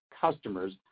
customers